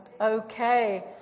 okay